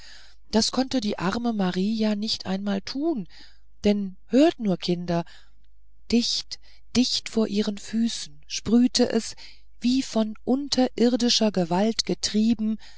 das konnte die arme marie ja nicht einmal tun denn hört nur kinder dicht dicht vor ihren füßen sprühte es wie von unterirdischer gewalt getrieben